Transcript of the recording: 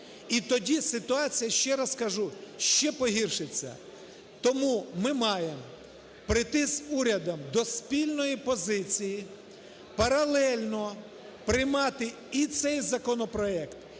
і тоді ситуація, ще раз кажу, ще погіршиться. Тому ми маємо прийти з Урядом до спільної позиції, паралельно приймати і цей законопроект,